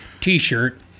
t-shirt